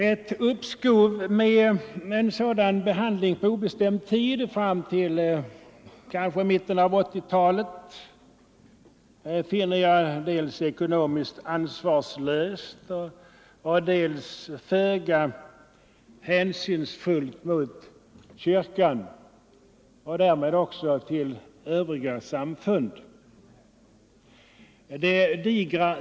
Ett uppskov med en sådan behandling på obestämd tid fram till kanske mitten av 1980-talet finner jag dels ekonomiskt ansvarslöst, dels föga hänsynsfullt mot kyrkan — och därmed också mot övriga samfund.